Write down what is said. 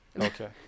okay